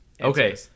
Okay